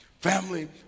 family